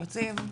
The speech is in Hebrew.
יועצים,